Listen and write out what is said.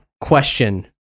question